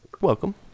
Welcome